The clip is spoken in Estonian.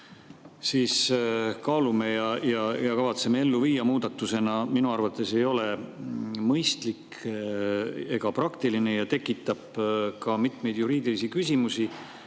siin kaalume ja kavatseme ellu viia muudatusena, ei ole minu arvates mõistlik ega praktiline ja tekitab ka mitmeid juriidilisi küsimusi.